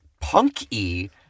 punky